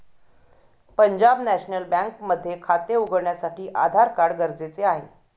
Punjab National Bank मध्ये खाते उघडण्यासाठी आधार कार्ड गरजेचे आहे